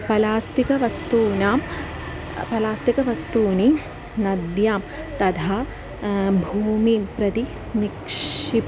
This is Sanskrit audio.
प्लास्टिकवस्तूनि प्लास्टिकवस्तूनि नद्यां तथा भूमिं प्रति निक्षिप्य